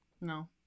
No